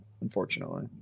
unfortunately